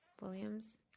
Williams